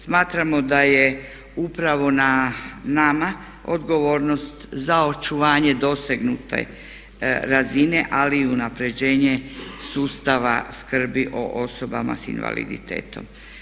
Smatramo da je upravo na nama odgovornost za očuvanje dosegnute razine ali i unapređenje sustava skrbi o osobama s invaliditetom.